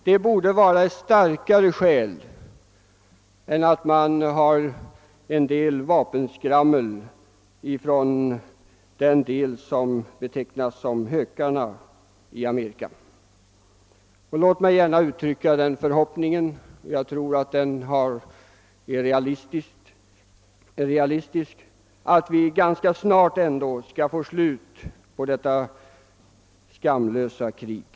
Vi borde ta större hänsyn till nöden i Nordvietnam än till de amerikanska hökarnas vapenskrammel. Låt mig också uttrycka den förhoppningen — som jag tror är realistisk — att det snart skall bli ett slut på detta skamliga krig.